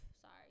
sorry